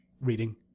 reading